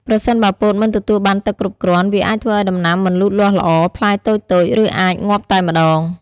ប្រសិនបើពោតមិនទទួលបានទឹកគ្រប់គ្រាន់ វាអាចធ្វើឱ្យដំណាំមិនលូតលាស់ល្អ ផ្លែតូចៗ ឬអាចងាប់តែម្តង។